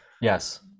Yes